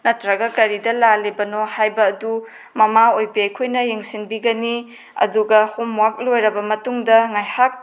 ꯅꯠꯇ꯭ꯔꯒ ꯀꯔꯤꯗ ꯂꯥꯜꯂꯤꯕꯅꯣ ꯍꯥꯏꯕ ꯑꯗꯨ ꯃꯃꯥ ꯑꯣꯏꯕꯤ ꯑꯩꯈꯣꯏꯅ ꯌꯦꯡꯁꯤꯟꯕꯤꯒꯅꯤ ꯑꯗꯨꯒ ꯍꯣꯝꯋ꯭ꯔꯛ ꯂꯣꯏꯔꯕ ꯃꯇꯨꯡꯗ ꯉꯥꯏꯍꯥꯛ